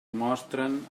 mostren